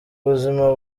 ubuzima